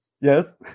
Yes